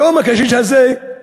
ביום הקשיש הזה,